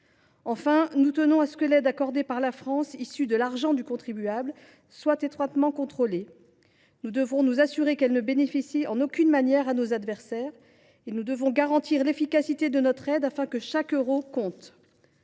Enfin, nous tenons à ce que l’aide accordée par la France, issue de l’argent du contribuable, soit étroitement contrôlée. Nous devons nous assurer qu’elle ne bénéficie en aucune manière à nos adversaires et nous devons garantir l’efficacité de notre aide, afin que chaque euro compte.